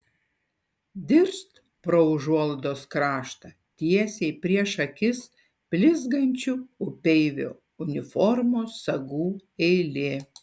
dirst pro užuolaidos kraštą tiesiai prieš akis blizgančių upeivio uniformos sagų eilė